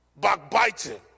Backbiting